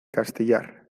castellar